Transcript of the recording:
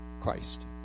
Christ